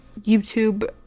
YouTube